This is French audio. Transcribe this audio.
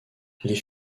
les